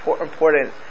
important